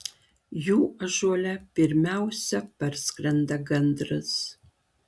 jų ąžuole pirmiausia parskrenda gandras